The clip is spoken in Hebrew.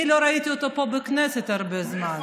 אני לא ראיתי אותו פה בכנסת הרבה זמן.